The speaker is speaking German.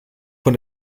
von